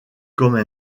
comme